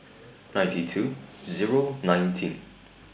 ninety two Zero nineteen